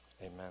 Amen